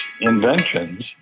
inventions